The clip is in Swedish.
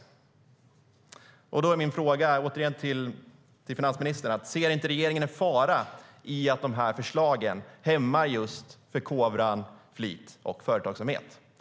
Då är min fråga, återigen, till finansministern: Ser inte regeringen en fara i att de här förslagen hämmar just förkovran, flit och företagsamhet?